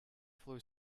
flu